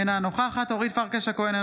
אינה נוכחת אורית פרקש הכהן,